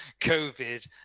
Covid